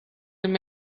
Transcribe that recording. him